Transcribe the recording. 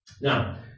now